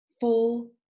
full